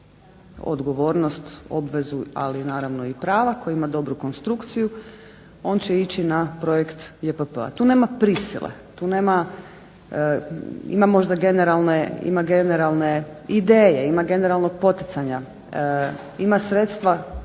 odgovornost, obvezu ali naravno i prava, tko ima dobru konstrukciju on će ići na projekt JPP-a. tu nema prisile, tu nema ima možda generalne ideje ima generalnog poticanja, ima sredstva